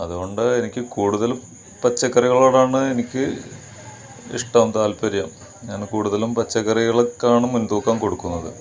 അതുകൊണ്ട് എനിക്ക് കൂടുതലും പച്ചക്കറികളോടാണ് എനിക്ക് ഇഷ്ടം താത്പര്യം ഞാന് കൂടുതലും പച്ചക്കറികൾക്കാണ് മുൻതൂക്കം കൊടുക്കുന്നത്